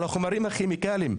על החומרים הכימיקליים,